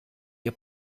ihr